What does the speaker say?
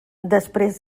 després